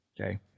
okay